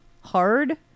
hard